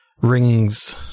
Rings